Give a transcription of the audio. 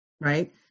Right